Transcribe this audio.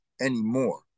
anymore